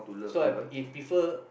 so I perfer I prefer